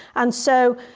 and so,